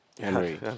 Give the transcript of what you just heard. Henry